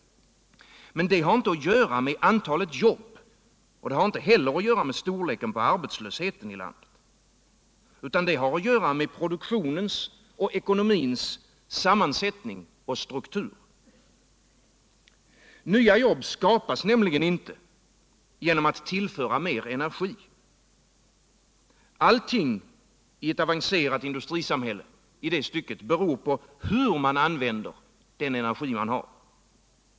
Men detta har inte att göra med antalet jobb eller med storleken på arbetslösheten i landet, utan det har att göra med produktionens och ekonomins sammansättning och struktur. Nya jobb skapas nämligen inte genom att mer energi ullförs. Allting i eu avancerat industrisamhälle beror i det stycket på hur man använder energin.